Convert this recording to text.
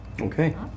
Okay